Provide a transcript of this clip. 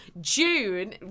June